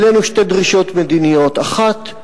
והעלינו שתי דרישות מדיניות: אחת,